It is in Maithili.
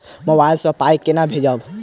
मोबाइल सँ पाई केना भेजब?